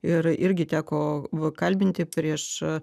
ir irgi teko kalbinti prieš